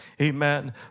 Amen